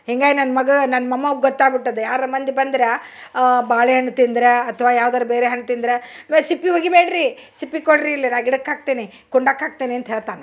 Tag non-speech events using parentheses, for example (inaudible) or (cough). ಹಿಂಗಾಗಿ ನನ್ನ ಮಗ ನನ್ನ ಮೊಮ್ಮಗ ಗೊತ್ತಾಗ್ಬಿಟ್ಟದೆ ಯಾರರ ಮಂದಿ ಬಂದ್ರ ಬಾಳೆಹಣ್ಣು ತಿಂದ್ರಾ ಅಥ್ವಾ ಯಾವ್ದಾರ ಬೇರೆ ಹಣ್ಣು ತಿಂದ್ರ (unintelligible) ಸಿಪ್ಪಿ ಒಗಿಬ್ಯಾಡ್ರಿ ಸಿಪ್ಪಿ ಕೊಡ್ರಿ ಇಲ್ಲಿ ನಾ ಗಿಡಕ್ಕೆ ಹಾಕ್ತೇನಿ ಕುಂದಾಕ ಹಾಕ್ತೆನಿ ಅಂತ ಹೇಳ್ತಾನೆ